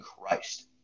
Christ